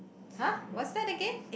!huh! what's that again